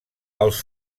els